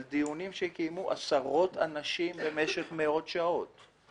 דיונים שקיימו עשרות אנשים במשך מאות שעות.